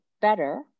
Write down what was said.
better